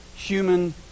human